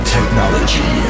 Technology